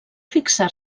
fixar